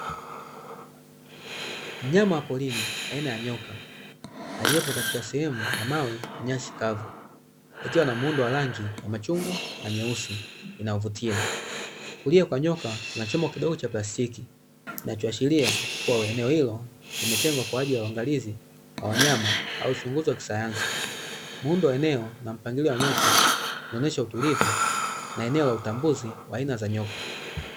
Mnyama wa porini aina ya nyoka, aliyepo katika sehemu ya mawe na nyasi kavu, akiwa na muundo wa rangi ya machungwa na nyeusi inayovutia. Kulia kwa nyoka kuna chombo kidogo cha plasitki, kinachoashiria kuwa eneo hilo limetengwa kwa ajili ya uangalizi wa wanyama au uchunguzi wa kisayansi. Muundo wa eneo na mpangilio wa nyoka, unaonesha utulivu na eneo la utambuzi wa aina za nyoka.